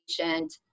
patient